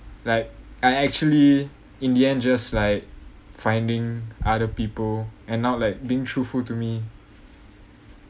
like I actually in the end just like finding other people and not like being truthful to me